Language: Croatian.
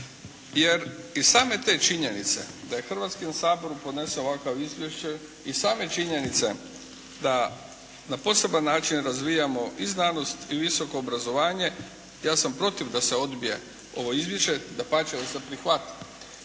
jer iz same te činjenice da je Hrvatskom saboru podneseno ovakvo izvješće, iz same činjenice da na poseban način razvijamo i znanost i visoko obrazovanje ja sam protiv da se odbije ovo izvješće, dapače … /Ne razumije